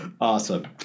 Awesome